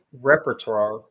repertoire